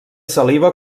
saliva